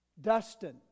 Dustin